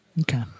Okay